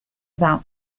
about